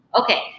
Okay